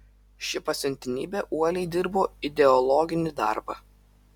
ši pasiuntinybė uoliai dirbo ideologinį darbą